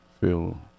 feel